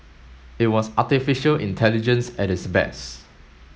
it was artificial intelligence at its best